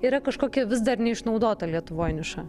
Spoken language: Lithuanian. yra kažkokia vis dar neišnaudota lietuvoj niša